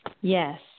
Yes